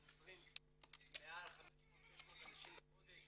אנחנו עוזרים למעל 600-500 אנשים בחודש,